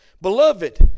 Beloved